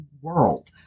world